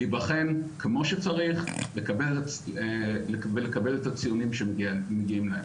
להיבחן כמו שצריך ולקבל את הציונים שמגיעים להם.